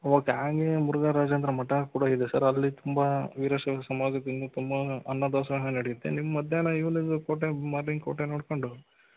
okay ಹಾಗೆ ಮುರುಘರಾಜೇಂದ್ರ ಮಠ ಕೂಡ ಇದೆ ಸರ್ ಅಲ್ಲಿ ತುಂಬ ವೀರಶೈವ ಸಮಾಜದಿಂದ ತುಂಬ ಅನ್ನ ದಾಸೋಹ ನಡೆಯುತ್ತೆ ನೀವು ಮಧ್ಯಾಹ್ನ ಇವ್ನಿಂಗ್ ಕೋಟೆ ಮಾರ್ನಿಂಗ್ ಕೋಟೆ ನೋಡಿಕೊಂಡು